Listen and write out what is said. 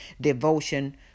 devotion